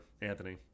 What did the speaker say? Anthony